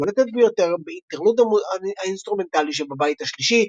הבולטת ביותר באינטרלוד האינסטרומנטלי שבבית השלישי,